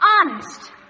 Honest